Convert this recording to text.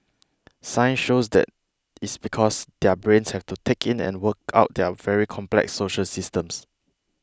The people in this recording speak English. science shows that is because their brains have to take in and work out their very complex social systems